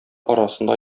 арасында